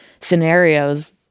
scenarios